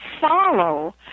follow